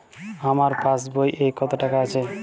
আমার পাসবই এ কত টাকা আছে?